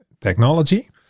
technology